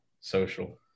social